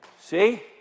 See